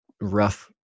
rough